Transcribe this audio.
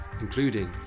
including